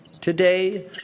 Today